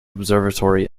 observatory